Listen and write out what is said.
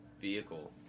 vehicle